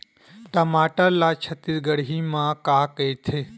टमाटर ला छत्तीसगढ़ी मा का कइथे?